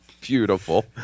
Beautiful